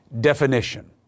definition